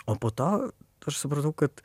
o po to aš supratau kad